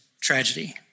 tragedy